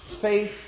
Faith